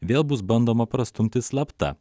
vėl bus bandoma prastumti slapta